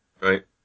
Right